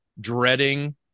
dreading